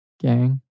gang